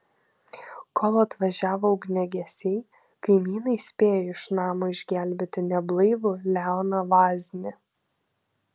kol atvažiavo ugniagesiai kaimynai spėjo iš namo išgelbėti neblaivų leoną vaznį